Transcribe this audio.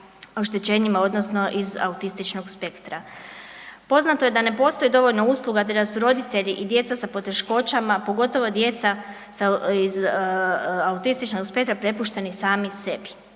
oštećenjima odnosno iz autističnog spektra. Poznato je da ne postoji dovoljno usluga te da su roditelji i djeca sa poteškoćama pogotovo djeca iz autističnog spektra prepušteni sami sebi.